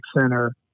center